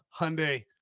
Hyundai